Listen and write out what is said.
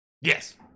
Yes